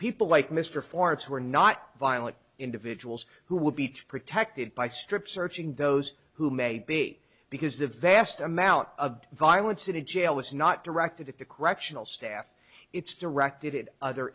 people like mr forte's who are not violent individuals who will beat protected by strip searching those who may be because the vast amount of violence in a jail is not directed at the correctional staff it's directed other